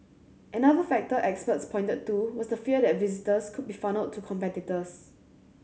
another factor experts pointed to was the fear that visitors could be funnelled to competitors